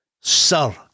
Sir